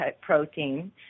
protein